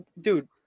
dude